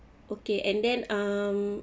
okay and then um